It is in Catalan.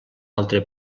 altre